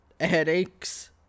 headaches